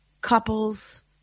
couples